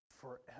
Forever